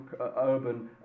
urban